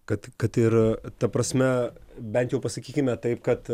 kad kad ir ta prasme bent jau pasakykime taip kad